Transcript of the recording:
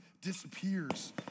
disappears